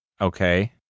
Okay